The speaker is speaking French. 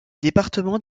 département